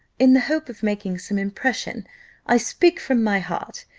in the hope of making some impression i speak from my heart,